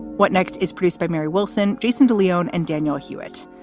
what next? is produced by mary wilson, jason de leon and daniel hewett.